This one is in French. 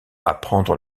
apprendre